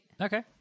Okay